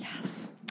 Yes